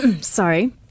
Sorry